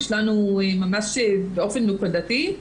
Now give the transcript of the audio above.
יש לנו פעילות ממש באופן נקודתי.